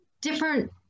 different